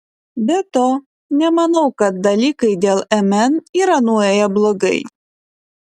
be to nemanau kad dalykai dėl mn yra nuėję blogai